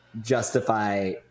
justify